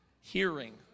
hearing